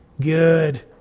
Good